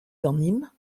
ganimp